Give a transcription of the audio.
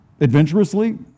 adventurously